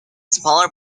smaller